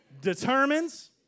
determines